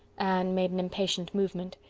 anne made an impatient movement.